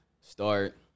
start